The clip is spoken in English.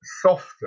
softer